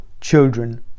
children